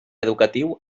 educatiu